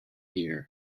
year